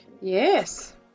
Yes